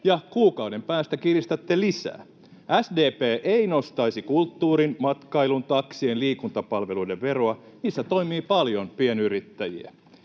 ja kuukauden päästä kiristätte lisää. SDP ei nostaisi kulttuurin, matkailun, taksien ja liikuntapalveluiden veroa. Niissä toimii paljon pienyrittäjiä.